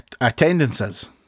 attendances